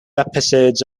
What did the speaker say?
episodes